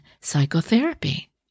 psychotherapy